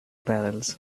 barrels